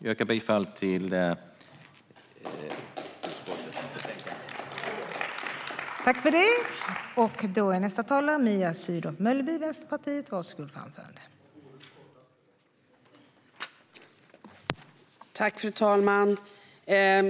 Jag yrkar bifall till utskottets förslag.